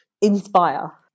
Inspire